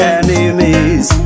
enemies